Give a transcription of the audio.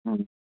ꯎꯝ